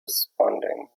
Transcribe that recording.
responding